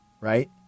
right